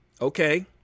Okay